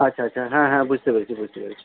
আচ্ছা আচ্ছা হ্যাঁ হ্যাঁ বুঝতে পেরেছি বুঝতে পেরেছি